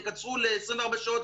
תקצרו ל-24 שעות,